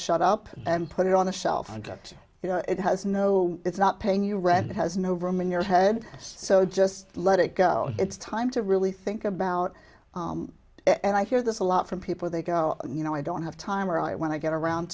shut up and put it on the shelf and let you know it has no it's not paying you read it has no room in your head so just let it go it's time to really think about it and i hear this a lot from people they go oh you know i don't have time or i when i get around